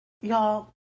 Y'all